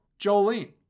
Jolene